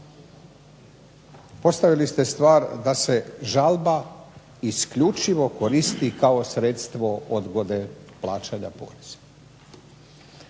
postavili ste stvar da se žalba isključivo koristi kao sredstvo odgode plaćanja poreza.